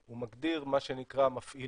הוא מגדיר מה שנקרא מפעילים,